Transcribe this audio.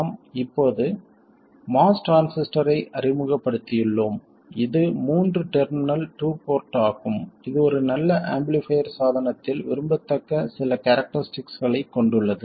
நாம் இப்போது MOS டிரான்சிஸ்டரை அறிமுகப்படுத்தியுள்ளோம் இது மூன்று டெர்மினல் டூ போர்ட் ஆகும் இது ஒரு நல்ல ஆம்பிளிஃபைர் சாதனத்தில் விரும்பத்தக்க சில கேரக்டரிஸ்டிக்ஸ்களைக் கொண்டுள்ளது